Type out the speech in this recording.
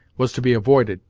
was to be avoided,